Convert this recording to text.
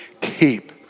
keep